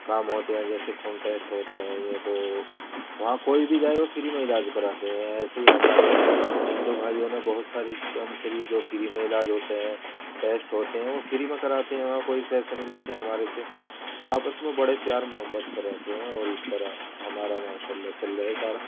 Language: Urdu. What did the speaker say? کام ہوتے ہیں جیسے خون ٹیسٹ ہوتا ہے وہاں کوئی بھی جائے وہ فری میں علاج کراتے ہیں ایسے ہی ہمارے ہندو بھائیوں نے بہت ساری ڈسپینسری جو فری میں علاج ہوتا ہے ٹیسٹ ہوتے ہیں وہ فری میں کراتے ہیں وہاں کوئی پیسے نہیں لیتے ہمارے سے آپس میں بڑے پیار محبت سے رہتے ہیں اور اس طرح ہمارا ماشاء اللہ چل رہا ہے سارا